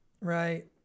right